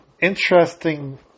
interesting